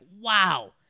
wow